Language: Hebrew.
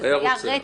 זה היה רצח.